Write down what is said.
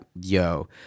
yo –